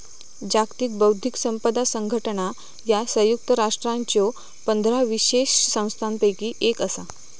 जागतिक बौद्धिक संपदा संघटना ह्या संयुक्त राष्ट्रांच्यो पंधरा विशेष संस्थांपैकी एक असा